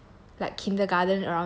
like kindergarten around there